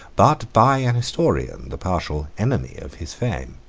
but by an historian, the partial enemy of his fame.